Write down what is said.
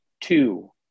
two